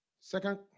Second